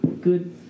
good